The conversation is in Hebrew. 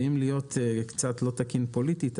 ואם להיות קצת לא תקין פוליטית,